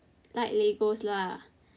like Legos lah